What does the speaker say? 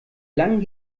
lang